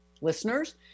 listeners